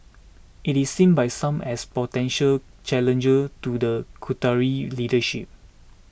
it is seen by some as potential challenger to the Qatari leadership